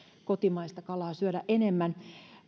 kotimaista kalaa syödä enemmän